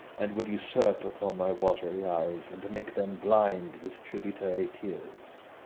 and would usurp upon my wat'ry eyes and make them blind with tributary tears.